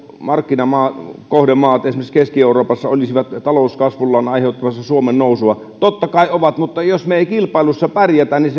markkinakohdemaat esimerkiksi keski euroopassa olisivat talouskasvullaan aiheuttamassa suomen nousua totta kai ovat mutta jos me emme kilpailussa pärjää niin